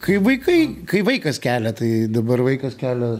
kai vaikai kai vaikas kelia tai dabar vaikas kelia